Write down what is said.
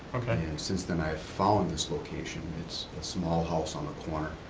kind of and since then i've found this location, it's a small house on a corner.